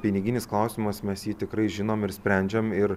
piniginis klausimas mes jį tikrai žinom ir sprendžiam ir